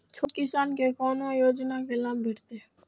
छोट किसान के कोना योजना के लाभ भेटते?